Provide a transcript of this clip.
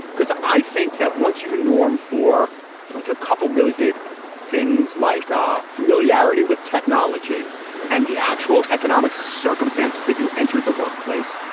because i think that once you norm for like a couple of really big things like ah familiarity with technology and the actual economic circumstances that you entered the workplace,